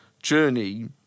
Journey